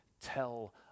tell